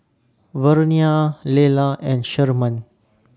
Vernia Lela and Sherman